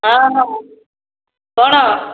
ହଁ ହଁ ହଁ କ'ଣ